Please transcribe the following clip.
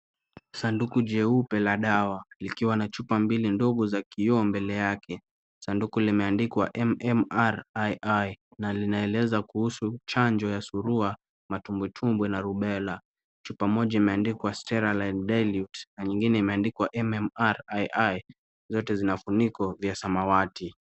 Sanduku jeupe la dawa, likiwa na chupa mbili za kioo mbele yake, sanduku limeandikwa MMRII na linaeleza kuhusu chanjo ya surua, tumbwi tumbwi na rubela. Chupa moja imeandikwa steraline dilute na nyingine imeandikwa MMRII, zote zina vifuniko vya samawati.